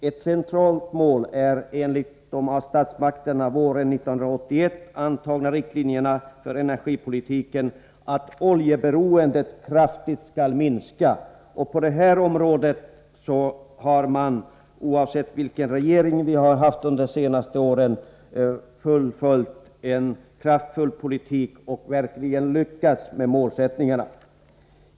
Ett centralt mål är enligt de av statsmakterna våren 1981 antagna riktlinjerna för energipolitiken att oljeberoendet kraftigt skall minskas. På det här området har man, oavsett vilken regering vi haft under de senaste åren, fullföljt en kraftfull politik och verkligen lyckats nå målsättningarna.